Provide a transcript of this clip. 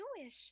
Jewish